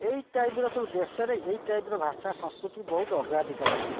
ଏଇ ଟାଇପ୍ର ସବୁ ଦେଶରେ ଏଇ ଟାଇପ୍ର ଭାଷା ସଂସ୍କୃତିକୁ ବହୁତ ଅଗ୍ରାଧିକାର ଅଛି